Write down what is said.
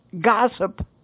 gossip